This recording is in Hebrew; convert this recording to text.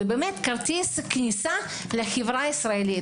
זה כרטיס כניסה לחברה הישראלית.